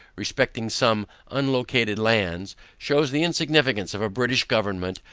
respecting some unlocated lands, shews the insignificance of a british government,